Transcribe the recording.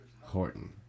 Horton